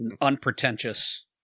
Unpretentious